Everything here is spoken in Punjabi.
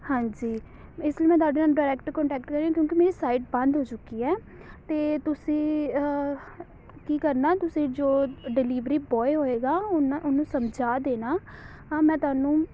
ਹਾਂਜੀ ਇਸ ਲਈ ਮੈਂ ਤੁਹਾਡੇ ਨਾਲ ਡਾਇਰੈਕਟ ਕੋਂਟੈਕਟ ਕਰ ਰਹੀ ਹਾਂ ਕਿਉਂਕਿ ਮੇਰੀ ਸਾਈਟ ਬੰਦ ਹੋ ਚੁੱਕੀ ਹੈ ਤਾਂ ਤੁਸੀਂ ਕੀ ਕਰਨਾ ਤੁਸੀਂ ਜੋ ਡਿਲੀਵਰੀ ਬੋਆਏ ਹੋਵੇਗਾ ਉਹਨ ਉਹਨੂੰ ਸਮਝਾ ਦੇਣਾ ਹਾਂ ਮੈਂ ਤੁਹਾਨੂੰ